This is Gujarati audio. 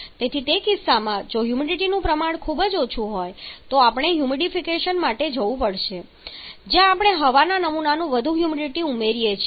તેથી તે કિસ્સામાં જો હ્યુમિડિટીનું પ્રમાણ ખૂબ ઓછું હોય તો અમારે હ્યુમિડિફિકેશન માટે જવું પડશે જ્યાં આપણે હવાના નમૂનામાં વધુ હ્યુમિડિટી ઉમેરીએ છીએ